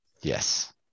yes